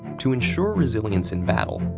to ensure resilience in battle,